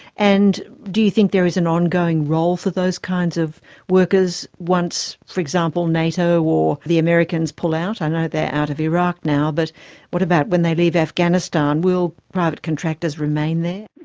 and do you think there is an ongoing role for those kinds of workers once, for example, nato or the americans pull i know they're out of iraq now but what about when they leave afghanistan? will private contractors remain there?